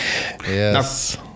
Yes